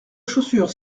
chaussures